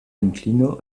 inklino